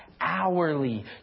Hourly